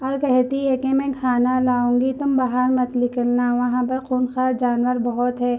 اور کہتی ہے کہ میں کھانا لاؤں گی تم باہر مت نکلنا وہاں پر خونخوار جانور بہت ہے